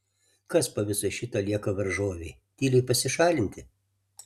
kas po viso šito lieka varžovei tyliai pasišalinti